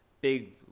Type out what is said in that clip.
big